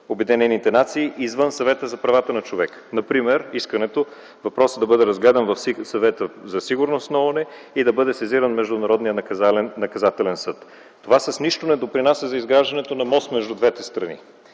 Обединените нации, извън Съвета за правата на човека – например искането въпросът да бъде разгледан в Съвета за сигурност на ООН и да бъде сезиран Международния наказателен съд. Това с нищо не допринася за изграждането на мост между двете страни.